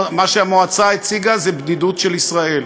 מה שהמועצה הציגה זה בדידות של ישראל.